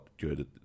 good